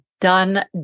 done